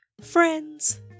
Friends